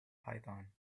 python